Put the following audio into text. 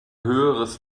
höheres